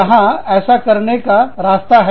यहां ऐसा करने का रास्ता है